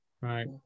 right